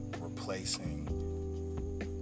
replacing